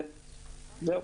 זהו.